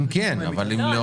אם כן, אבל אם לא?